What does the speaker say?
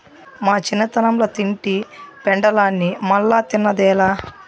మా చిన్నతనంల తింటి పెండలాన్ని మల్లా తిన్నదేలా